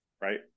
right